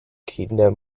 kinder